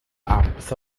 amps